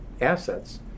assets